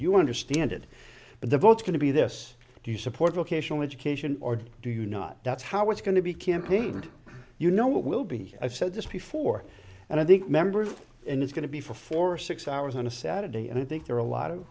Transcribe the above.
you understand it but the votes going to be this do you support vocational education or do you not that's how it's going to be campaigned you know what will be i've said this before and i think members and it's going to be for four six hours on a saturday and i think there are a lot of